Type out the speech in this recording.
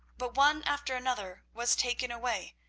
but one after another was taken away,